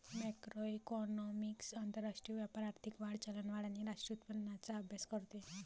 macroeconomics आंतरराष्ट्रीय व्यापार, आर्थिक वाढ, चलनवाढ आणि राष्ट्रीय उत्पन्नाचा अभ्यास करते